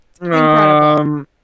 Incredible